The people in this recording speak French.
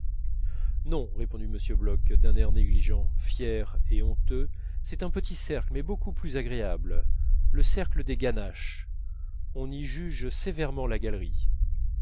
non répondit m bloch d'un air négligent fier et honteux c'est un petit cercle mais beaucoup plus agréable le cercle des ganaches on y juge sévèrement la galerie